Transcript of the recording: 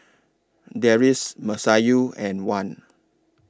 Deris Masayu and Wan